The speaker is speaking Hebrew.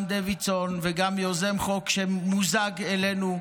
גם דוידסון וגם יוזם החוק שמוזג אלינו,